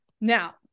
Now